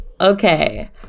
Okay